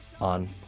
on